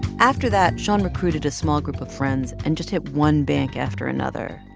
after that, shon recruited a small group of friends and just hit one bank after another.